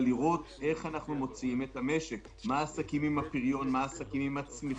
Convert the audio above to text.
אנחנו רוצים לבדוק איך נחזיר חברות מחו"ל,